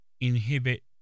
inhibit